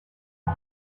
one